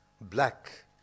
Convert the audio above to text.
black